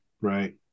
right